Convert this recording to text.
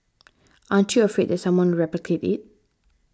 aren't you afraid that someone will replicate it